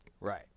Right